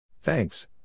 Thanks